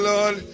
Lord